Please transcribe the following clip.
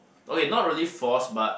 okay not really force but